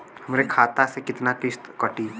हमरे खाता से कितना किस्त कटी?